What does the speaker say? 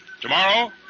Tomorrow